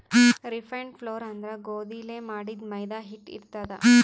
refined flour ಅಂದ್ರ ಗೋಧಿಲೇ ಮಾಡಿದ್ದ್ ಮೈದಾ ಹಿಟ್ಟ್ ಇರ್ತದ್